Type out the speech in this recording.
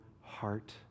heart